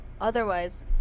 otherwise